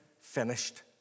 finished